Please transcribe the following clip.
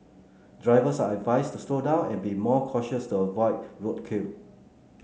drivers are advised to slow down and be more cautious to avoid roadkill